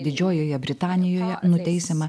didžiojoje britanijoje nuteisiama